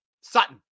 Sutton